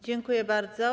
Dziękuję bardzo.